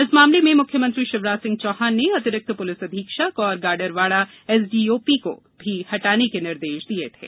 इस मामले में मुख्यमंत्री शिवराज सिंह चौहान ने अतिरिक्त पुलिस अधीक्षक और गाडरवारा एसडीओपी को भी हटाने के निर्देश दिये थे